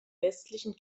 westlichen